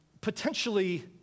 potentially